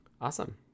Awesome